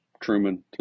Truman